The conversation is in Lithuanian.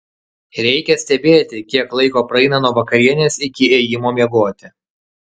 reikia stebėti kiek laiko praeina nuo vakarienės iki ėjimo miegoti